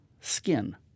skin